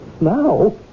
Now